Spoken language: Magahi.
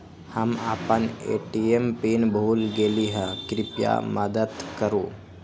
हम अपन ए.टी.एम पीन भूल गेली ह, कृपया मदत करू